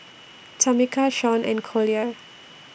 Tamica Shaun and Collier